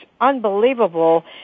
unbelievable